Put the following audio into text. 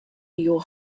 your